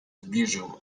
zbliżył